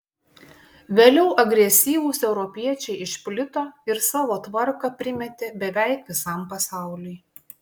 vėliau agresyvūs europiečiai išplito ir savo tvarką primetė beveik visam pasauliui